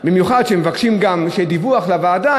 במיוחד שמבקשים גם שיהיה דיווח לוועדה,